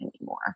anymore